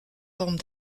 formes